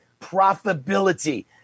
profitability